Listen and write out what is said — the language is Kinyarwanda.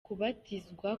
kubatizwa